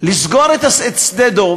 לסגור את שדה-דב